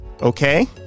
okay